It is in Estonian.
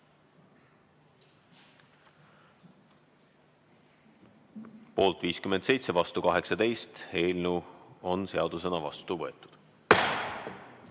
Poolt 57 ja vastu 18. Eelnõu on seadusena vastu võetud.